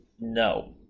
no